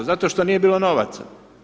Zato što nije bilo novaca.